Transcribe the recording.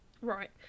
right